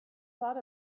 thought